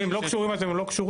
אם הם לא קשורים אז הם לא קשורים,